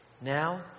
now